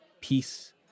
peace